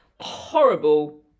horrible